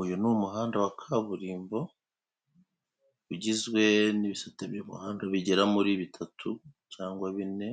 Uyu ni umuhanda wa kaburimbo, ugizwe n'ibisate by'umuhanda bigera muri bitatu cyangwa bine